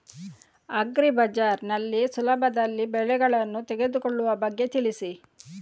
agri Bazaar ನಲ್ಲಿ ಸುಲಭದಲ್ಲಿ ಬೆಳೆಗಳನ್ನು ತೆಗೆದುಕೊಳ್ಳುವ ಬಗ್ಗೆ ತಿಳಿಸಿ